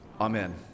Amen